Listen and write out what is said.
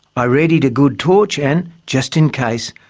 i readied a good torch and, just in case,